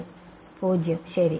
0 ശരി